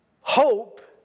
Hope